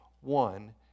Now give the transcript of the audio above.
one